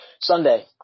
Sunday